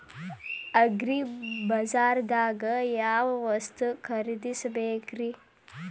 ಅಗ್ರಿಬಜಾರ್ದಾಗ್ ಯಾವ ವಸ್ತು ಖರೇದಿಸಬೇಕ್ರಿ?